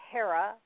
Hera